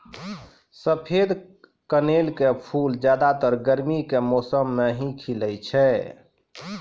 सफेद कनेल के फूल ज्यादातर गर्मी के मौसम मॅ ही खिलै छै